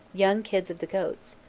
young kids of the goats,